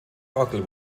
orgel